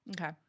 Okay